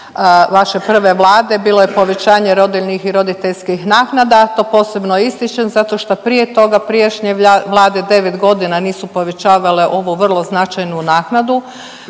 vaše prve Vlade bilo je povećanje rodiljnih i roditeljskih naknada. To posebno ističem zato što prije toga prijašnje Vlade devet godina nisu povećavale ovu vrlo značajnu naknadu.